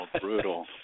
brutal